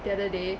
the other day